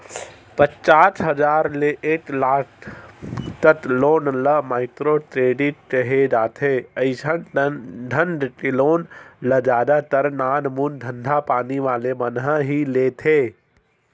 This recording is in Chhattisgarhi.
पचास हजार ले एक लाख तक लोन ल माइक्रो क्रेडिट केहे जाथे अइसन ढंग के लोन ल जादा तर नानमून धंधापानी वाले मन ह ही लेथे